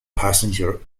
passenger